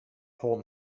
home